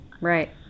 Right